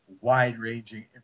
wide-ranging